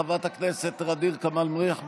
חברת הכנסת ע'דיר כמאל מריח,